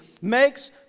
makes